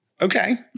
Okay